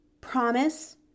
Promise